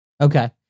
Okay